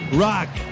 rock